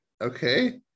okay